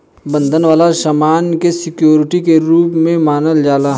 बंधक वाला सामान के सिक्योरिटी के रूप में मानल जाला